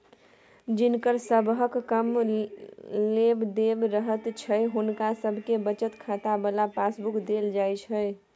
जिनकर सबहक कम लेब देब रहैत छै हुनका सबके बचत खाता बला पासबुक देल जाइत छै